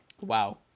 Wow